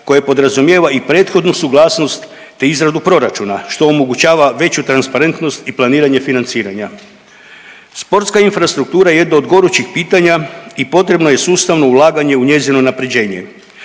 koje podrazumijeva i prethodnu suglasnost te izradu proračuna što omogućava veću transparentnost i planiranje financiranja. Sportska infrastruktura jedno od gorućih pitanja i potrebno je sustavno ulaganje u njezino unapređenje.